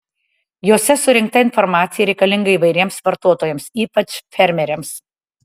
jose surinkta informacija reikalinga įvairiems vartotojams ypač fermeriams